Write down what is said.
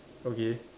okay